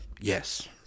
yes